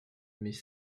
mais